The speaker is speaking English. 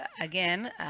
again